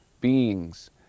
beings